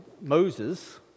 Moses